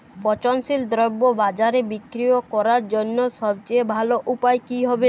পচনশীল দ্রব্য বাজারে বিক্রয় করার জন্য সবচেয়ে ভালো উপায় কি হবে?